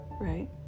right